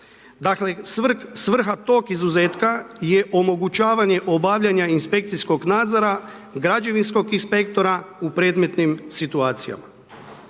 Dakle, svrha tog izuzetka je omogućavanje obavljanja inspekcijskog nadzora, građevinskog inspektora u predmetnim situacijama.